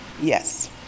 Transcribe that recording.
Yes